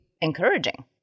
encouraging